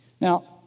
Now